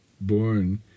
born